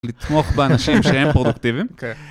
לתמוך באנשים שהם פרודוקטיביים.